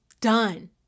done